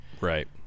right